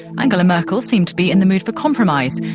angela merkel seemed to be in the mood for compromise.